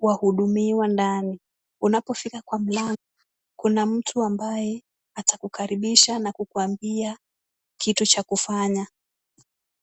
wahudumiwa ndani. Unapofika kwa mlango kuna mtu ambaye atakukaribisha na kukuambia kitu cha kufanya.